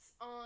on